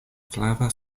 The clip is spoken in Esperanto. flava